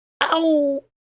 ow